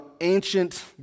ancient